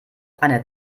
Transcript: einer